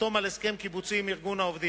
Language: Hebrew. לחתום על הסכם קיבוצי עם ארגון העובדים.